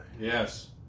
Yes